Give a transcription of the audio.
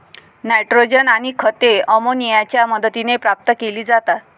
nitrogen आणि खते अमोनियाच्या मदतीने प्राप्त केली जातात